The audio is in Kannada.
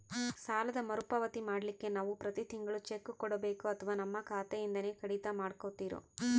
ಸಾಲದ ಮರುಪಾವತಿ ಮಾಡ್ಲಿಕ್ಕೆ ನಾವು ಪ್ರತಿ ತಿಂಗಳು ಚೆಕ್ಕು ಕೊಡಬೇಕೋ ಅಥವಾ ನಮ್ಮ ಖಾತೆಯಿಂದನೆ ಕಡಿತ ಮಾಡ್ಕೊತಿರೋ?